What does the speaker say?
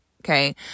okay